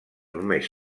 només